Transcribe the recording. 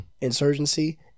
insurgency